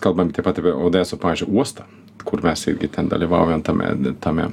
kalbant taip pat apie odesą pavyzdžiui uostą kur mes irgi ten dalyvaujam tame tame